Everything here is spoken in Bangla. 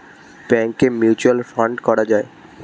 ব্যাংকে মিউচুয়াল ফান্ড করা যায়